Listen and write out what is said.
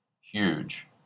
huge